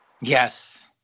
Yes